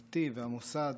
נתיב והמוסד,